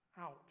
Ouch